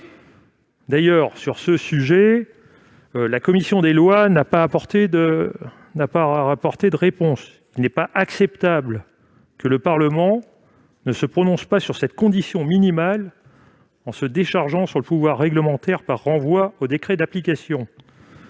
D'ailleurs, sur ce sujet, la commission des lois n'a pas apporté de réponse. Il n'est pas acceptable que le Parlement ne se prononce pas sur cette condition minimale, en se déchargeant sur le pouvoir réglementaire par un renvoi à un décret d'application.